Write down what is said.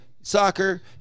soccer